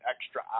extra